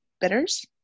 bitters